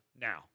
now